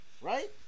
Right